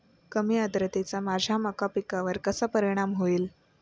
कमी आर्द्रतेचा माझ्या मका पिकावर कसा परिणाम होईल?